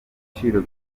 ibiciro